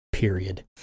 period